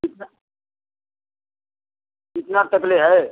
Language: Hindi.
कितना कितना तक ले है